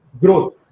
growth